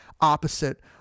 opposite